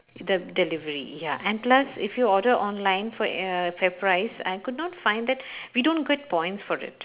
the delivery ya and plus if you order online for err fairprice I could not find that we don't get points for it